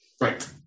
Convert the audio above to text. Right